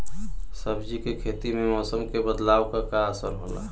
सब्जी के खेती में मौसम के बदलाव क का असर होला?